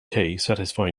satisfying